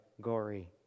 gory